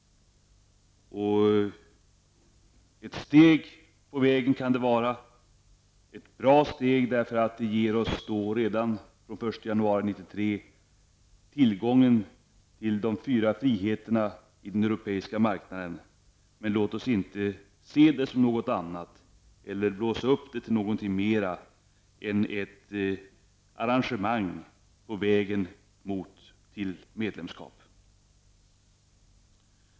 Det kan ses som ett steg på vägen och det ger oss tillgång till de fyra friheterna på den europeiska marknaden redan från den 1 januari 1993. Låt oss dock inte upp EES till någonting mer än ett arrangemang på vägen till medlemskap.